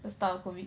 the start of COVID